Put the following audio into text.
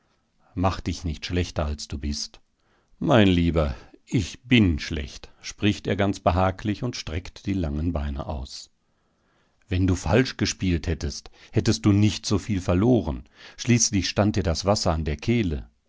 mach dich nicht schlechter als du bist mein lieber ich bin schlecht spricht er ganz behaglich und streckt die langen beine aus wenn du falsch gespielt hättest hättest du nicht so viel verloren schließlich stand dir das wasser an der kehle